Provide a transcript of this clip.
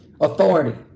authority